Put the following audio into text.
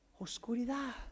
oscuridad